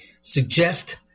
suggest